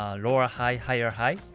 ah lower ah high, higher high,